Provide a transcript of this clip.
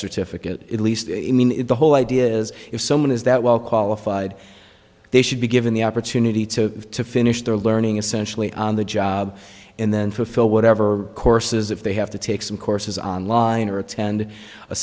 certificate at least the whole idea is if someone is that well qualified they should be given the opportunity to finish their learning essentially on the job and then fulfill whatever courses if they have to take some courses online or attend a